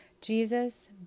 Jesus